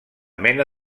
mena